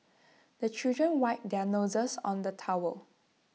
the children wipe their noses on the towel